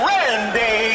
Randy